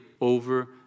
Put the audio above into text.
over